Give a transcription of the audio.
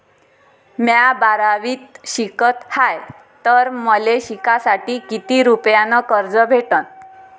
म्या बारावीत शिकत हाय तर मले शिकासाठी किती रुपयान कर्ज भेटन?